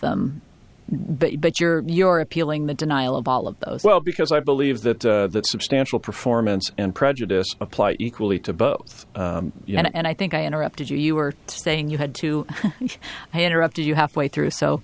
you but you're you're appealing the denial of all of those well because i believe that that substantial performance and prejudice apply equally to both you and i think i interrupted you you were saying you had to hand her up to you half way through so